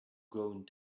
going